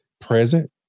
present